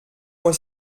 moi